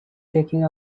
taking